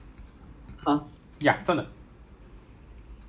ya 那个 queue 很夸张超夸张 ah 我跟你讲